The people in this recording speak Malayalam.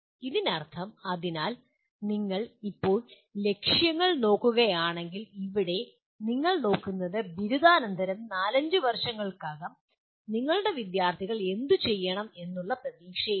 ഇതിനർത്ഥം അതിനാൽ നിങ്ങൾ ഇപ്പോൾ ലക്ഷ്യങ്ങൾ നോക്കുകയാണെങ്കിൽ ഇവിടെ നിങ്ങൾ നോക്കുന്നത് ബിരുദാനന്തരം നാലഞ്ച് വർഷങ്ങൾക്കകം നിങ്ങളുടെ വിദൃാർത്ഥികൾ എന്തു ചെയ്യണം എന്നുള്ള പ്രതീക്ഷയിലാണ്